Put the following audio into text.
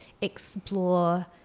explore